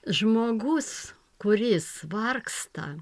žmogus kuris vargsta